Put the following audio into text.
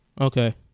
Okay